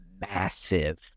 massive